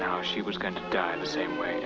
now she was going to die in the same way